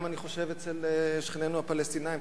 אני חושב גם אצל שכנינו הפלסטינים,